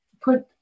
put